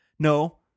No